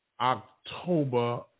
October